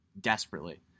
Desperately